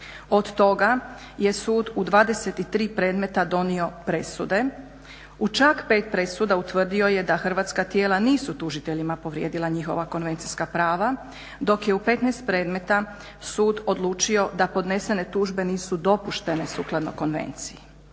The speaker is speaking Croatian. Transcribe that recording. Od toga je sud u 23 predmeta donio presude, u čak 5 presuda utvrdio je da hrvatska tijela nisu tužiteljima povrijedila njihova konvencijska prava, dok je u 15 predmeta sud odlučio da podnesene tužbe nisu dopuštene sukladno konvenciji.